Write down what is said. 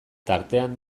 tartean